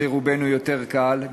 שלרובנו יותר קל,